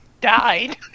died